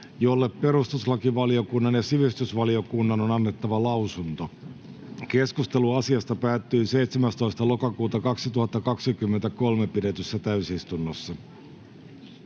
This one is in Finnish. jolle perustuslakivaliokunnan ja sivistysvaliokunnan on annettava lausunto. Keskustelu asiasta päättyi 17.10.2023 pidetyssä täysistunnossa.